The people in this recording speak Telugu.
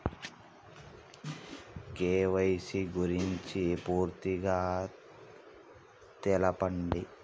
కే.వై.సీ గురించి పూర్తిగా తెలపండి?